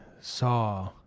saw